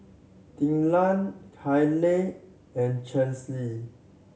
Thekla Hailie and Chelsi